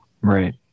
Right